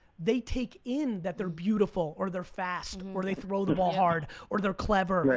they take in that they're beautiful or they're fast or they throw the ball hard or they're clever,